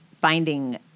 finding